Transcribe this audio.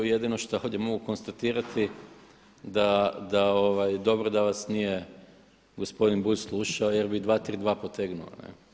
Jedino što ovdje mogu konstatirati da dobro da vas nije gospodin Bulj slušao jer bi 232 potegnuo.